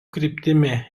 kryptimi